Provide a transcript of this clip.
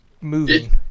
moving